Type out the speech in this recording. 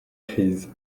crise